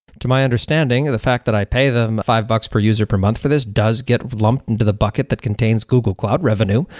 to my understanding, the fact that i pay them five bucks per user per month for this does get lumped into the bucket that contains google cloud revenue.